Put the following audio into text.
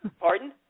Pardon